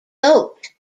goat